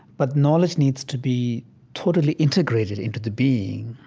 but knowledge needs to be totally integrated into the being,